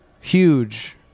huge